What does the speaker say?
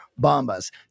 Bombas